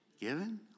given